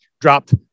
dropped